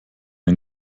den